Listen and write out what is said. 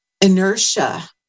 inertia